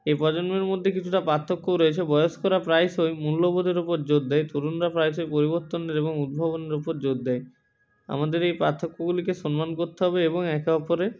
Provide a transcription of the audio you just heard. এই প্রজন্মের মধ্যে কিছুটা পার্থক্যও রয়েছে বয়স্করা প্রায়শই মূল্যবোধের উপর জোর দেয় তরুণরা প্রায়শই পরিবর্তনের এবং উদ্ভাবনের উপর জোর দেয় আমাদের এই পার্থক্যগুলিকে সম্মান করতে হবে এবং একে অপরের